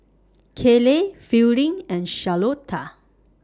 Kayley Fielding and Charlotta